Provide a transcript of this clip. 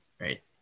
right